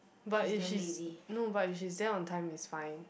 but if she's no but if she's there on time it's fine